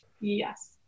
Yes